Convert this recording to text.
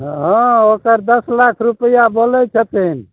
हँ ओकर दश लाख रुपैआ बोलै छथिन